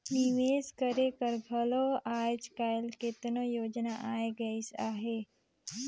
निवेस करे कर घलो आएज काएल केतनो योजना आए गइस अहे